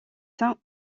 saint